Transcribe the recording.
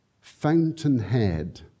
fountainhead